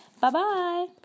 Bye-bye